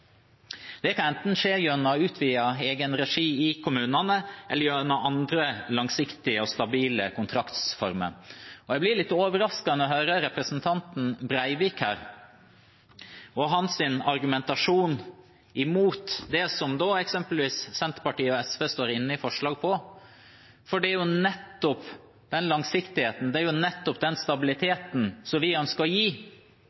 Det kan enten skje gjennom utvidet egenregi i kommunene eller gjennom andre langsiktige og stabile kontraktsformer. Jeg blir litt overrasket når jeg hører representanten Breivik og hans argumentasjon mot det som eksempelvis Senterpartiet og SV har forslag om. Det er nettopp den langsiktigheten